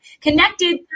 connected